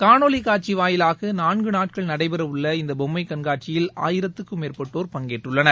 காணொலிகாட்சிவாயிலாகநான்குநாட்கள் நடைபெறவுள்ள இந்தபொம்மைகண்காட்சியில் ஆயிரத்திற்கும் மேற்பட்டோர் பங்கேற்றுள்ளனர்